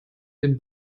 den